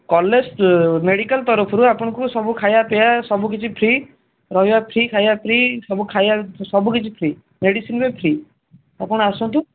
college medical ତରଫରୁ ଆପଣଙ୍କୁ ସବୁ ଖାଇବା ପିଇବା ସବୁ କିଛି ଫ୍ରି ରହିବା ଫ୍ରି ଖାଇବା ଫ୍ରି ଖାଇବା ସବୁ କିଛି ଫ୍ରି ମେଡ଼ିସିନ୍ ବି ଫ୍ରି ଆପଣ ଆସନ୍ତୁ